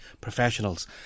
professionals